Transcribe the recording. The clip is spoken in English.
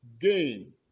gain